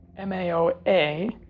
MAOA